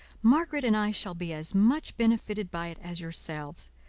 margaret and i shall be as much benefited by it as yourselves.